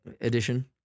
edition